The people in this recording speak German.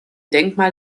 denkmal